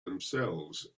themselves